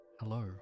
Hello